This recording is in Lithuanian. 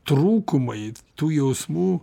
trūkumai tų jausmų